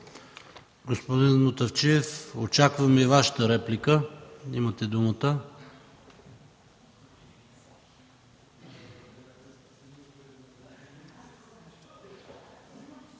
Господин Мутафчиев, очаквам и Вашата реплика – имате думата.